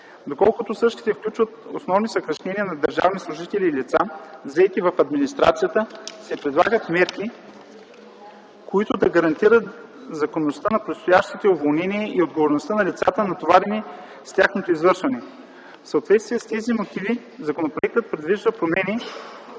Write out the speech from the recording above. Доколкото същите включват основно съкращения на държавни служители и лица, заети в администрацията, се предлагат мерки, които да гарантират законността на предстоящите уволнения и отговорността на лицата, натоварени с тяхното извършване. В съответствие с тези мотиви законопроектът предвижда промени